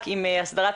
וגם אחרים,